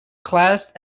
classed